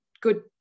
good